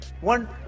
one-